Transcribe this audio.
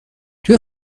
توی